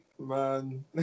Man